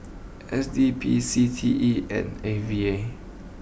S D P C T E and A V A